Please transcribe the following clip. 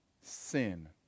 sin